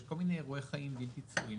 יש כל מיני אירועי חיים בלתי צפויים,